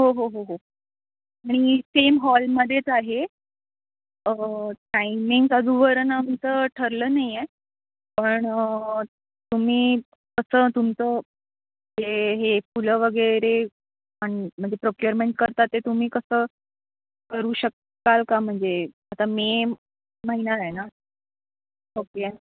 हो हो हो हो आणि सेम हॉलमध्येच आहे टायमिंग अजूवरन आमचं ठरलं नाही आहे पण तुम्ही कसं तुमचं हे हे फुलं वगैरे आणि म्हणजे प्रोकेअरमेंट करता ते तुम्ही कसं करू शकता का म्हणजे आता मे महिना आहे ना ओके